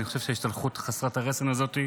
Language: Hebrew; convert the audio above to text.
אני חושב שההשתלחות חסרת הרסן הזאת,